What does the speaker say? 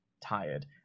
tired